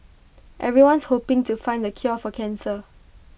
everyone's hoping to find the cure for cancer